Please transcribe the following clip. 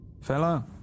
fella